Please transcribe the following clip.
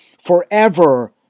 forever